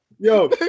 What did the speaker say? Yo